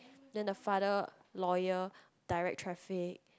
then the father lawyer direct traffic